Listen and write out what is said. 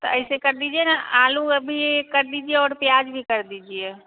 तो ऐसे कर दीजिए न आलू अभी कर दीजिए और प्याज भी कर दीजिए